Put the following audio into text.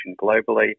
globally